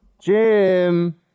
Jim